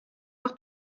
nach